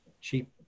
cheap